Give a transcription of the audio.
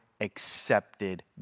accepted